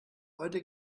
heute